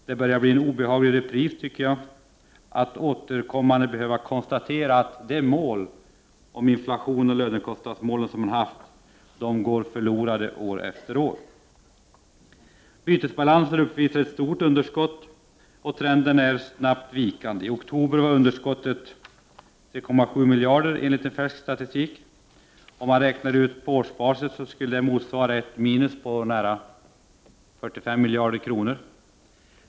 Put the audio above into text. Det börjar bli en obehaglig repris, att återkommande behöva konstatera att målen för inflationen och lönekostnaderna går förlorade år efter år. Bytesbalansen uppvisar ett stort underskott, och trenden är snabbt vikande. I oktober var underskottet 3,7 miljarder, enligt färsk statistik. På årsbasis skulle detta motsvara ett minus på nära 45 miljarder kronor.